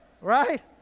Right